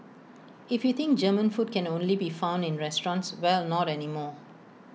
if you think German food can only be found in restaurants well not anymore